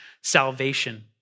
salvation